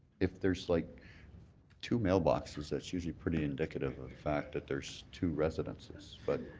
if there's like two mailboxes that's usually pretty indicative of the fact that there's two residences. but